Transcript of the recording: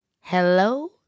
Hello